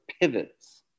pivots